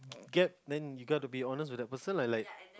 get then you gotta to be honest with the person and like